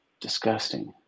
disgusting